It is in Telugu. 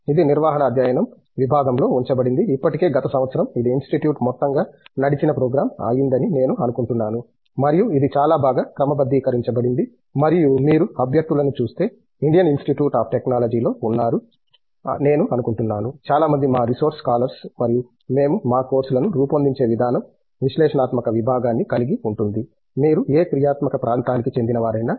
ఇది నిర్వహణ అధ్యయనం విభాగంలో ఉంచబడింది ఇప్పటికే గత సంవత్సరం ఇది ఇన్స్టిట్యూట్ మొత్తంగా నడిచిన ప్రోగ్రాం అయిందని నేను అనుకుంటున్నాను మరియు ఇది చాలా బాగా క్రమబద్ధీకరించబడింది మరియు మీరు అభ్యర్థులను చూస్తే ఇండియన్ ఇన్స్టిట్యూట్ ఆఫ్ టెక్నాలజీ లో ఉన్నారు నేను అనుకుంటున్నాను చాలా మంది మా రిసోర్స్ స్కాలర్స్ మరియు మేము మా కోర్సులను రూపొందించే విధానం విశ్లేషణాత్మక భాగాన్ని కలిగి ఉంటుంది మీరు ఏ క్రియాత్మక ప్రాంతానికి చెందినవారైనా